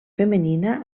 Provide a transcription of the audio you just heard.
femenina